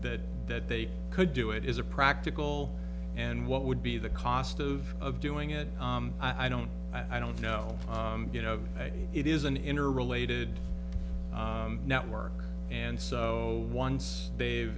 that that they could do it is a practical and what would be the cost of of doing it i don't i don't know you know it is an inner related network and so once they